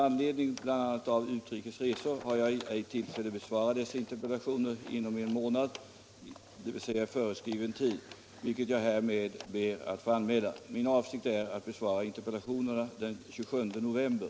Med anledning av bl.a. utrikes resor har jag ej haft tillfälle att besvara dessa interpellationer inom en månad, dvs. inom föreskriven tid, vilket jag härmed ber att få anmäla. Min avsikt är att besvara interpellationerna den 27 november.